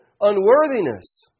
unworthiness